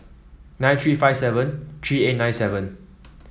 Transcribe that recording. nine three five seven three eight nine seven